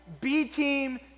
B-team